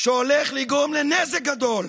שהולך לגרום לנזק גדול.